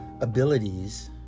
abilities